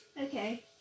Okay